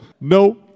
No